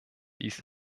dies